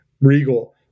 regal